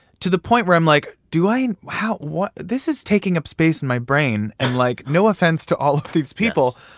to the point where i'm like, do i how this is taking up space in my brain. and, like, no offense to all of these people.